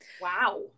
wow